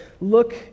look